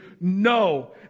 no